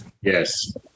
Yes